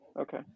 okay